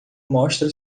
mostra